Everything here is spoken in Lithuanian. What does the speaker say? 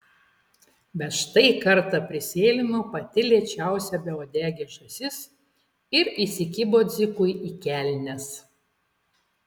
bet štai kartą prisėlino pati lėčiausia beuodegė žąsis ir įsikibo dzikui į kelnes